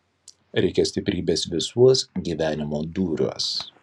reikia stiprybės visuos gyvenimo dūriuos